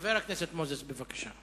חבר הכנסת מנחם אליעזר מוזס, בבקשה.